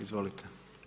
Izvolite.